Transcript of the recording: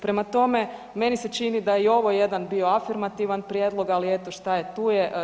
Prema tome, meni se čini da je i ovo jedan bio afirmativan prijedlog, ali eto šta je tu je.